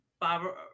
Bob